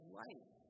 life